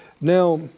Now